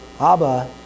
Abba